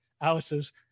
Alice's